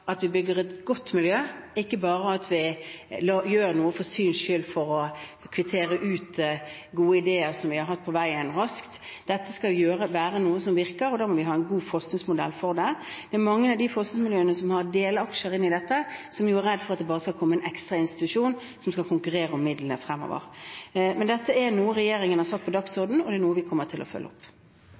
et godt miljø, og ikke bare gjør noe for syns skyld for å kvittere ut gode ideer som vi har hatt på veien, raskt. Dette skal være noe som virker, og da må vi ha en god forskningsmodell for det. Det er mange av de forskningsmiljøene som har delaksjer i dette, som er redd for at det bare skal komme en ekstra institusjon som skal konkurrere om midlene fremover. Men dette er noe regjeringen har satt på dagsordenen, og det er noe vi kommer til å følge opp.